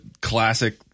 classic